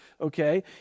okay